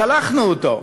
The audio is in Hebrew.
צלחנו אותו,